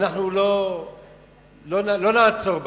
אנחנו לא נעצור בעדם.